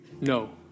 no